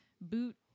boot